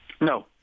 No